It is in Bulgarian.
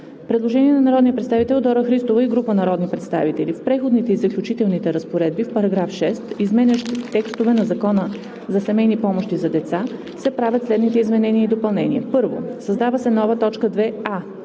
Предложение на народния представител Дора Христова и група народни представители: „В Преходните и заключителните разпоредби в § 6, изменящ текстове на Закона за семейни помощи за деца, се правят следните изменения и допълнения: 1. Създава се нова т. 2а